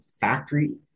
factory